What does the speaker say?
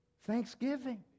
thanksgiving